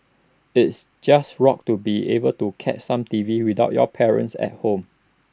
is just rocked to be able to catch some T V without your parents at home